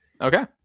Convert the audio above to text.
Okay